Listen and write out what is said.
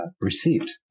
received